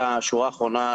מה דעתך